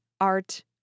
art